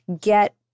get